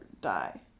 die